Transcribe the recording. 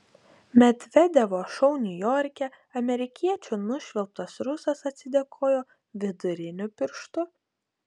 medvedevo šou niujorke amerikiečių nušvilptas rusas atsidėkojo viduriniu pirštu